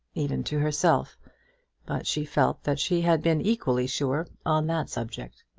even to herself but she felt that she had been equally sure on that subject.